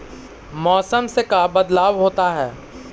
मौसम से का बदलाव होता है?